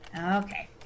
Okay